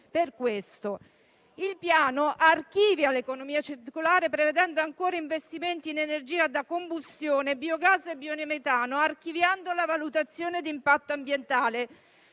per questo. Il Piano archivia l'economia circolare, prevedendo ancora investimenti in energia da combustione, biogas e biometano, archiviando la valutazione di impatto ambientale.